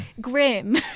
grim